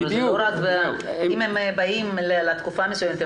אם הם באים לתקופה מסוימת,